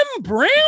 Brown